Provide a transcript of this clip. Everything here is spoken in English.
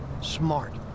Smart